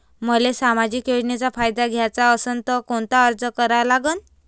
मले सामाजिक योजनेचा फायदा घ्याचा असन त कोनता अर्ज करा लागन?